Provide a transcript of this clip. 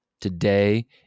Today